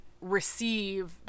receive